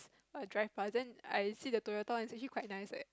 err drive by then I see the Toyota one is actually quite nice leh